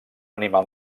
animal